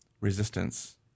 resistance